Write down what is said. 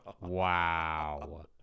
Wow